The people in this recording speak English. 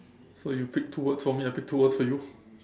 so you pick two words for me I pick two words for you